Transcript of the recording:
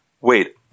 wait